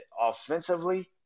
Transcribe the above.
offensively